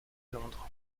londres